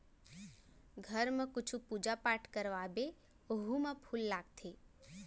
घर म कुछु पूजा पाठ करवाबे ओहू म फूल लागथे